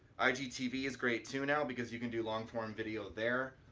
igtv is great too now because you can do long-form video there,